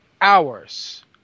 hours